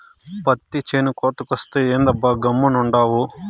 పత్తి చేను కోతకొచ్చే, ఏందబ్బా గమ్మునుండావు